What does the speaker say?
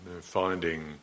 finding